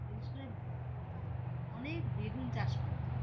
বিশেষ করে অনেক বেগুন চাষ করত